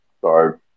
Sorry